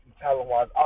talent-wise